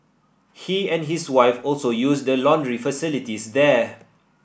he and his wife also use the laundry facilities there